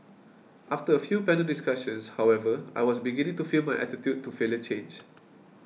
after a few panel discussions however I was beginning to feel my attitude to failure change